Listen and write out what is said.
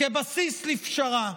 כבסיס לפשרה.